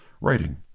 writing